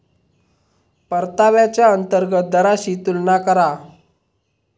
परताव्याच्या अंतर्गत दराशी तुलना करा